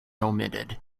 omitted